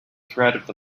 threat